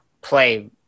play